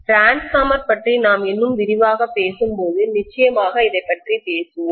transformer மின்மாற்றி பற்றி நாம் இன்னும் விரிவாக பேசும்போது நிச்சயமாக இதைப் பற்றி பேசுவோம்